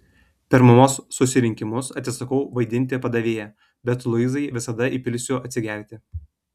per mamos susirinkimus atsisakau vaidinti padavėją bet luizai visada įpilsiu atsigerti